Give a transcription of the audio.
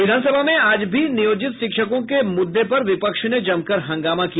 विधान सभा में आज भी नियोजित शिक्षकों के मुद्दे पर विपक्ष ने जमकर हंगामा किया